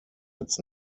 its